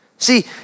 See